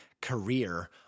career